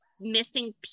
missing